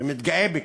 והתגאה בכך.